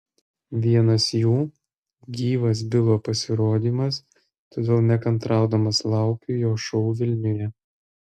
vienas jų gyvas bilo pasirodymas todėl nekantraudamas laukiu jo šou vilniuje